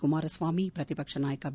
ಕುಮಾರಸ್ವಾಮಿ ಪ್ರತಿ ಪಕ್ಷನಾಯಕ ಬಿ